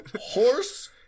horse